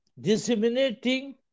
disseminating